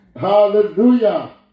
Hallelujah